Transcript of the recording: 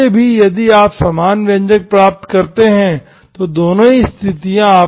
वैसे भी यदि आप समान व्यंजक प्राप्त करते हैं तो दोनों ही स्थितियाँ